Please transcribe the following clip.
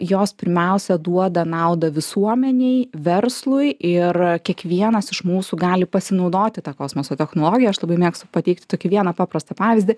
jos pirmiausia duoda naudą visuomenei verslui ir kiekvienas iš mūsų gali pasinaudoti ta kosmoso technologija aš labai mėgstu pateikti tokį vieną paprastą pavyzdį